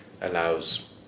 allows